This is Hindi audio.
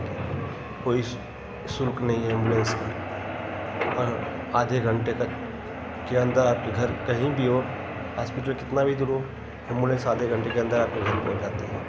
कि कोई शुल्क नहीं है एम्बुलेंस का और आधे घंटे का के अंदर आपके घर कहीं बी हो हास्पिटल कितना भी दूर हो एम्बुलेंस आधे घंटे के अंदर आपके घर पहुँच जाती है